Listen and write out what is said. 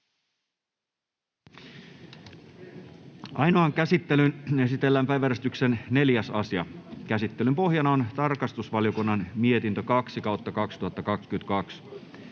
Ainoaan käsittelyyn esitellään päiväjärjestyksen 4. asia. Käsittelyn pohjana on tarkastusvaliokunnan mietintö TrVM 2/2022